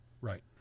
Right